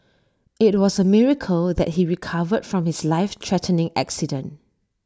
IT was A miracle that he recovered from his life threatening accident